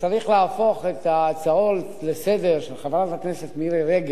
להפוך את ההצעות לסדר-היום של חברת הכנסת מירי רגב